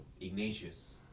Ignatius